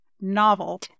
novel